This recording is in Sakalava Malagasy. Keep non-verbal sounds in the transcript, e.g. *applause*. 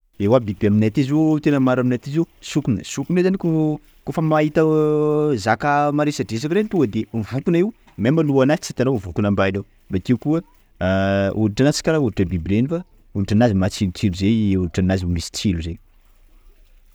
Ewa, biby aminay aty zao, tena maro aminay aty hitanao sokona, sokona io zao koafa mahita zaka maresadresaka reny tonga de mivokona io, meme lohanazy tsy hitanao mivokona ambany ao, bakeo koa *hesitation* oditra nazy karaha, tsy karaha oditra biby reny, fa oditra nazy, fa hoditra nazy matsilotsilo zay, hoditra nazy misy tsilo zay,